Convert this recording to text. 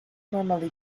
normally